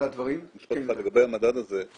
משפט אחד לגבי המדד הזה.